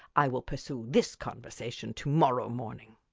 i will pursue this conversation to-morrow morning.